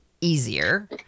easier